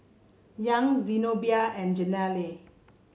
Young Zenobia and Jenelle